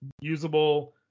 usable